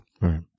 right